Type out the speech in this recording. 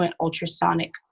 ultrasonic